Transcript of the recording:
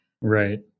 Right